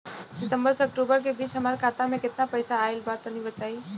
सितंबर से अक्टूबर के बीच हमार खाता मे केतना पईसा आइल बा तनि बताईं?